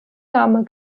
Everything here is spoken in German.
name